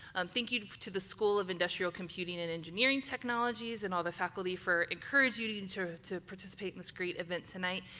um thank you to the school of industrial computing and engineering technologies and all the faculty for encouraging you to participate in this great event tonight.